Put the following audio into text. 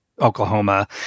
Oklahoma